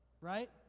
right